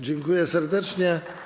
Dziękuję serdecznie.